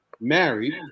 married